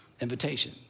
invitation